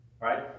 right